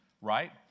Right